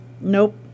Nope